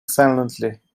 silently